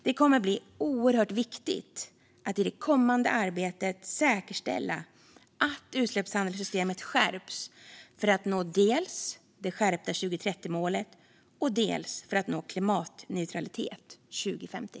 Det kommer att bli oerhört viktigt att i det kommande arbetet säkerställa att utsläppshandelssystemet skärps, dels för att nå det skärpta 2030-målet, dels för att nå klimatneutralitet 2050.